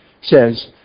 says